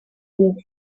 been